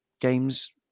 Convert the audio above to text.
games